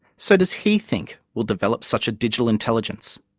so does he think we'll develop such a digital intelligence?